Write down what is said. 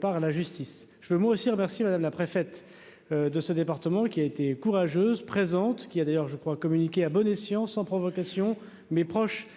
par la justice, je veux moi aussi remercier Madame la préfète de ce département qui a été courageuse présente qui a d'ailleurs, je crois, communiquer à bon escient, sans provocation, mais proche